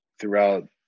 throughout